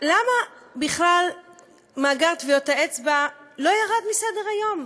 למה בכלל מאגר טביעות האצבע לא ירד מסדר-היום?